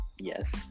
Yes